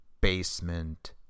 Basement